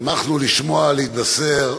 שמחנו לשמוע, להתבשר,